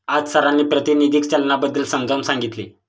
आज सरांनी प्रातिनिधिक चलनाबद्दल समजावून सांगितले